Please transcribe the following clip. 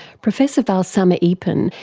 professor valsamma eapen,